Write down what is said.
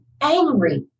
angry